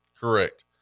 Correct